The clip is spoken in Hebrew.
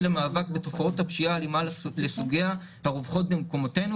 למאבק בתופעות הפשיעה האלימה לסוגיה הרווחות במקומותינו,